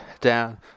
down